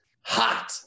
hot